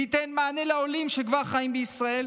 זה ייתן מענה לעולים שכבר חיים בישראל,